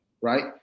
right